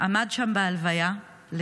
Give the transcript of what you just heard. הוא עמד שם בהלוויה לבדו.